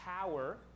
power